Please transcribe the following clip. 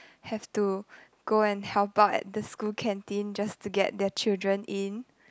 have to go and help out at the school canteen just to get their children in